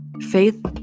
faith